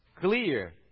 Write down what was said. clear